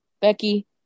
Becky